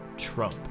trump